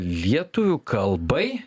lietuvių kalbai